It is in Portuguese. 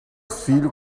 filho